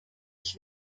ich